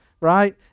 right